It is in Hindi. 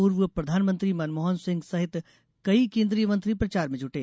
पूर्व प्रधानमंत्री मनमोहन सिंह सहित कई केन्द्रीय मंत्री प्रचार में जुटे